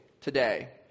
today